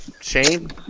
Shane